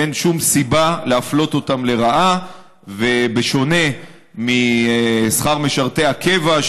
אין שום סיבה להפלות אותם לרעה ובשונה משכר משרתי הקבע,